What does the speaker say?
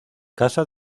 casa